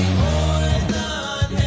poison